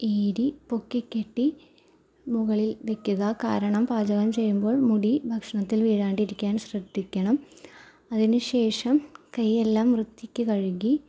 ഈരി പൊക്കി കെട്ടി മുകളിൽ വയ്ക്കുക കാരണം പാചകം ചെയ്യുമ്പോൾ മുടി ഭക്ഷണത്തിൽ വീഴാണ്ടിരിക്കാൻ ശ്രദ്ധിക്കണം അതിനു ശേഷം കൈ എല്ലാം വൃത്തിക്ക് കഴുകി